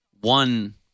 one